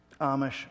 Amish